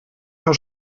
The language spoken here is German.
paar